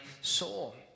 soul